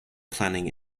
planning